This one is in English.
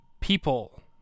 people